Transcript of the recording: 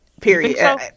Period